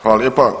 Hvala lijepa.